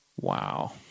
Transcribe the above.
Wow